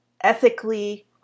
ethically